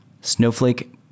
Snowflake